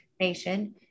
nation